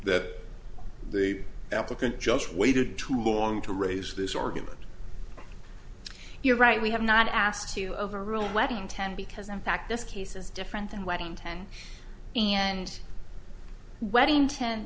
that the applicant just waited too long to raise this argument you're right we have not asked to overrule wedding ten because in fact this case is different than wedding ten and wedding